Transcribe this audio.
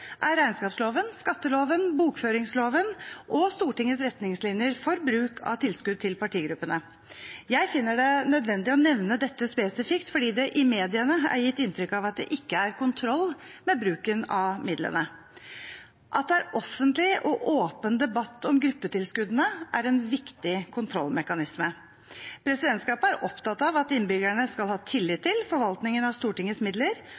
er regnskapsloven, skatteloven, bokføringsloven og Stortingets retningslinjer for bruk av tilskudd til partigruppene. Jeg finner det nødvendig å nevne dette spesifikt fordi det i mediene er gitt inntrykk av at det ikke er kontroll med bruken av midlene. At det er offentlig og åpen debatt om gruppetilskuddene, er en viktig kontrollmekanisme. Presidentskapet er opptatt av at innbyggerne skal ha tillit til forvaltningen av Stortingets midler,